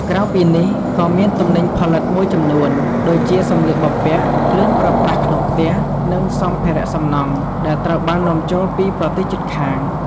ក្រៅពីនេះក៏មាន ទំនិញផលិតមួយចំនួន ដូចជា សម្លៀកបំពាក់ គ្រឿងប្រើប្រាស់ក្នុងផ្ទះ និងសម្ភារៈសំណង់ ដែលត្រូវបាននាំចូលពីប្រទេសជិតខាង។